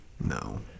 No